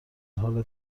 حال